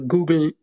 Google